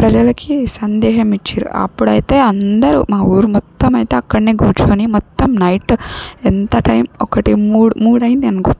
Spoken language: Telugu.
ప్రజలకి సందేశం ఇచ్చిరు అప్పుడయితే అందరూ మా ఊరు మొత్తమైతే అక్కడనే కూర్చోని మొత్తం నైట్ ఎంత టైం ఒకటి మూడు మూడయ్యింది అనుకో